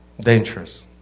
dangerous